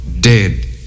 dead